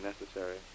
necessary